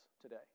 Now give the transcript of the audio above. today